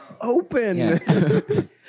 open